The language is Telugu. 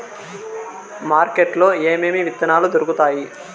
మార్కెట్ లో ఏమేమి విత్తనాలు దొరుకుతాయి